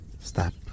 Stop